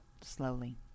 slowly